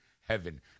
heaven